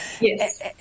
Yes